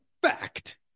fact